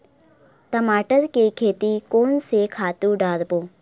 टमाटर के खेती कोन से खातु डारबो?